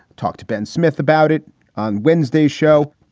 talk to ben smith about it on wednesday show.